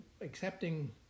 Accepting